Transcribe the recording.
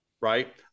Right